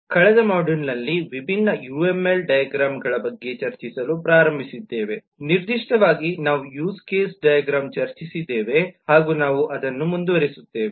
ಕಳೆದ ಮಾಡ್ಯೂಲ್ನಲ್ಲಿ ವಿಭಿನ್ನ ಯುಎಂಎಲ್ ಡೈಗ್ರಾಮ್ ಗಳ ಬಗ್ಗೆ ಚರ್ಚಿಸಲು ಪ್ರಾರಂಭಿಸಿದ್ದೇವೆ ನಿರ್ದಿಷ್ಟವಾಗಿ ನಾವು ಯೂಸ್ ಕೇಸ್ ಡೈಗ್ರಾಮ್ ಚರ್ಚಿಸಿದ್ದೇವೆ ಹಾಗೂ ನಾವು ಅದನ್ನು ಮುಂದುವರಿಸುತ್ತೇವೆ